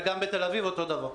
זה גם בתל אביב אותו דבר.